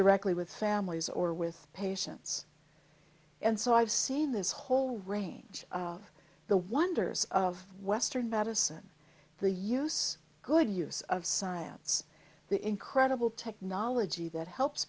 directly with families or with patients and so i've seen this whole range of the wonders of western medicine the use good use of science the incredible t